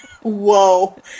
whoa